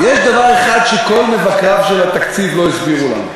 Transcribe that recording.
יש דבר אחד שכל מבקרי התקציב לא הסבירו לנו.